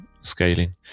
scaling